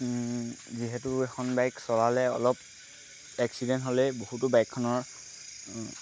যিহেতু এখন বাইক চলালে অলপ এক্সিডেণ্ট হ'লেই বহুতো বাইকখনৰ